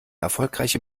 erfolgreiche